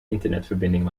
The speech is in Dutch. internetverbinding